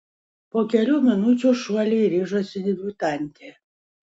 po kelių minučių šuoliui ryžosi debiutantė